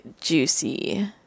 juicy